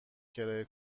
کرایه